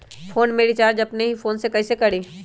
Phone में recharge अपने ही फ़ोन से कईसे करी?